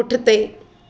पुठिते